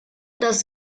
das